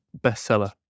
bestseller